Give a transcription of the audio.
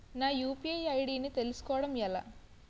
నా UPI ID ని తెలుసుకోవడం ఎలా?